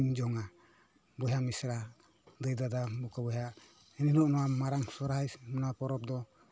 ᱡᱚᱝᱼᱟ ᱵᱚᱭᱦᱟ ᱢᱤᱥᱨᱟ ᱫᱟᱹᱭ ᱫᱟᱫᱟ ᱵᱚᱠᱚ ᱵᱚᱭᱦᱟ ᱮᱱᱦᱤᱞᱳᱜ ᱱᱚᱣᱟ ᱢᱟᱨᱟᱝ ᱥᱚᱦᱨᱟᱭ ᱱᱚᱣᱟ ᱯᱚᱨᱚᱵᱽ ᱫᱚ